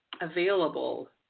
available